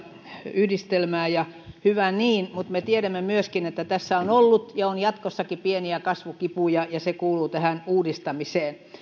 yhdistelmää ja hyvä niin mutta me tiedämme myöskin että tässä on ollut ja on jatkossakin pieniä kasvukipuja ja se kuuluu tähän uudistamiseen